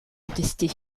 contesté